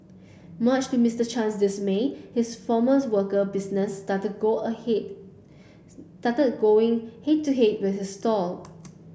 much to Mister Chang's dismay his former worker business started going head to head with his stall